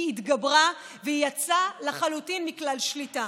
היא התגברה והיא יצאה לחלוטין מכלל שליטה.